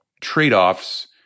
trade-offs